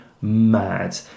mad